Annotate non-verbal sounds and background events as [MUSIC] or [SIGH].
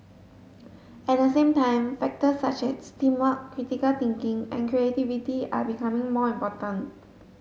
[NOISE] at the same time factors such as teamwork critical thinking and creativity are becoming more important